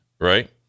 right